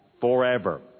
forever